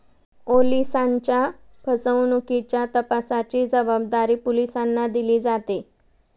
ओलिसांच्या फसवणुकीच्या तपासाची जबाबदारी पोलिसांना दिली जाते